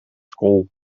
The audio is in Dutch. kool